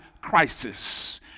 crisis